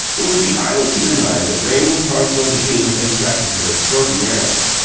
it would be idle to deny that raymond parsloe devine had attracted her extraordinarily.